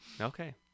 Okay